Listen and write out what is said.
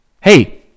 Hey